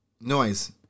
noise